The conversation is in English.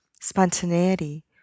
spontaneity